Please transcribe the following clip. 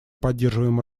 поддерживаем